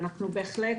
ואנחנו בהחלט